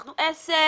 אנחנו עסק,